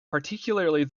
particularly